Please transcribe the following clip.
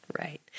Right